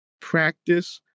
Practice